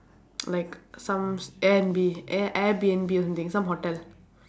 like some s~ air and B air Airbnb or something some hotel